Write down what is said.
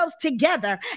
Together